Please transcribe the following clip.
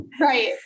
Right